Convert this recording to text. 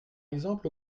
exemple